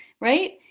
right